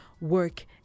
work